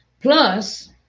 Plus